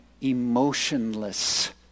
emotionless